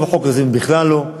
טוב החוק הזה מאשר בכלל לא.